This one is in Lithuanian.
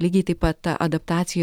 lygiai taip pat ta adaptacija